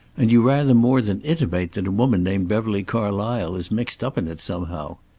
and you rather more than intimate that a woman named beverly carlysle is mixed up in it somehow.